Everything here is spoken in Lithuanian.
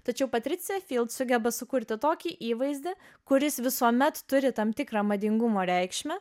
tačiau patricija sugeba sukurti tokį įvaizdį kuris visuomet turi tam tikrą madingumo reikšmę